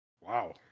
Wow